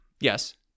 Yes